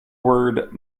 word